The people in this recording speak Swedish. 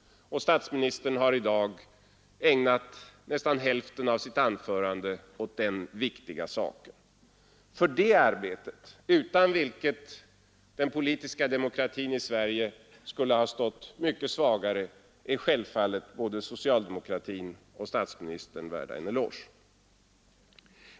Statsministern har i dag ägnat nästan hälften av sitt anförande åt den viktiga saken. För det arbetet — utan vilket den politiska demokratin i Sverige skulle ha stått mycket svagare — är självfallet både socialdemokratin och statsministern värda en eloge.